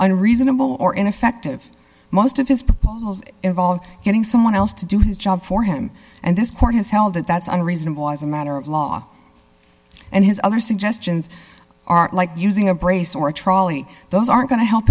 on reasonable or ineffective most of his proposals involve getting someone else to do his job for him and this court has held that that's unreasonable as a matter of law and his other suggestions are like using a brace or a trolley those aren't going to help